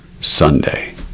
Sunday